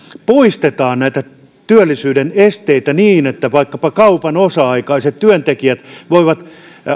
poistetaan työllisyyden esteitä niin että vaikkapa kaupan osa aikaiset työntekijät voivat